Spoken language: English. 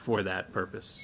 for that purpose